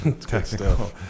technical